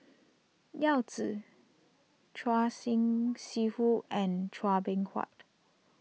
Yao Zi Choor Singh Sidhu and Chua Beng Huat